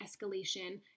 escalation